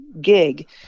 gig